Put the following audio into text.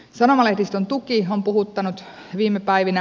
sanomalehdistön tuki on puhuttanut viime päivinä